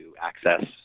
access